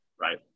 Right